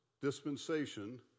dispensation